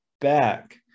back